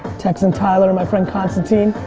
texting tyler and my friend constantine.